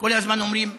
כל הזמן אומרים: